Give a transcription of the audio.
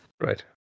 Right